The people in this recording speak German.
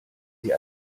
sie